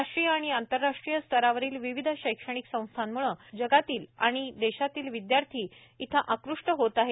राष्ट्रीय आणि आंतरराष्ट्रीय स्तरावरील विविध शक्षणिक संस्थांमुळे जगातील आणि देशातील विदयार्थी इथं आकृष्ट होत आहे